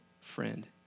friend